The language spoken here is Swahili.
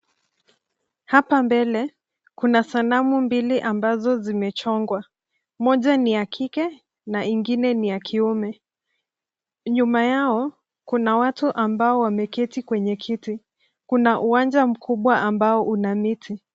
Hapa mbele kuna sanamu mbili ambao zimechongwa, moja ni ya kike na ingine ni ya kiume, nyuma yao kuna watu ambao wameketi kwenye kiti. Kuna uwanja kubwa ambao una miti.